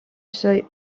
seuil